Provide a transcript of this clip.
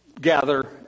gather